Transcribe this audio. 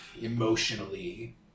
emotionally